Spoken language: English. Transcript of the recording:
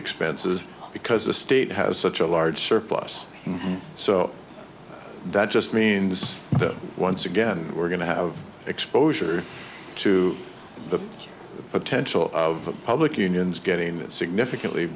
expenses because the state has such a large surplus so that just means that once again we're going to have exposure to the potential of public unions getting significantly